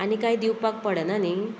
आनी कांय दिवपाक पडना न्ही